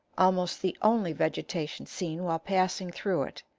almost the only vegetation seen while passing through it,